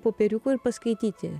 popieriukų ir paskaityti